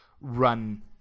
run